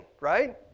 right